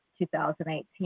2018